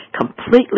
completely